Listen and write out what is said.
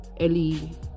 early